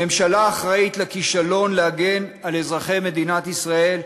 הממשלה אחראית לכישלון בהגנה על אזרחי מדינת ישראל,